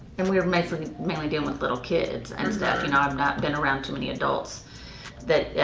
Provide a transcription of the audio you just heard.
and we're. mainly mainly dealing with little kids and stuff. you know, i have not been around too many adults that, yeah